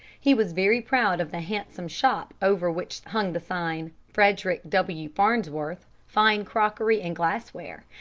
he was very proud of the handsome shop over which hung the sign, frederick w. farnsworth, fine crockery and glassware,